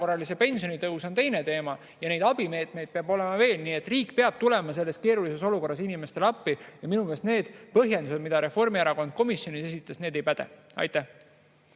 erakorraline pensionitõus on teine teema. Ja neid abimeetmeid peaks olema veel. Nii et riik peab tulema selles keerulises olukorras inimestele appi. Minu meelest need põhjendused, mida Reformierakond komisjonis esitas, ei päde. Marek